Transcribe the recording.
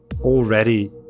already